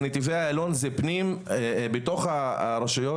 נתיבי איילון זה בתוך הרשויות,